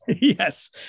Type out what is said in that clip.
yes